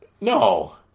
no